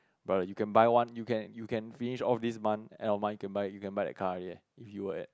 brother you can buy one you can you can finish off this month end of month you can buy you can buy that car already if you were at